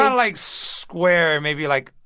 ah like, square and maybe, like,